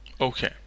Okay